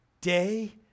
day